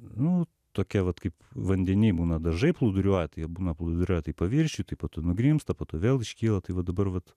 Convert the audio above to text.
nu tokia vat kaip vandeny būna dažai plūduriuoja tai jie būna plūduriuoja tai paviršiuj tai po to nugrimzta po to vėl iškyla tai va dabar vat